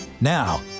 Now